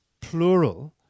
plural